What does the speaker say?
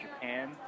Japan